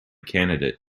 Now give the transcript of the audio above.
candidate